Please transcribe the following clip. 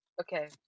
Okay